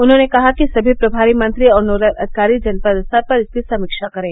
उन्होंने कहा कि सभी प्रभारी मंत्री और नोडल अधिकारी जनपद स्तर पर इसकी समीक्षा करें